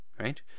right